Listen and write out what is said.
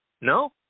No